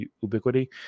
ubiquity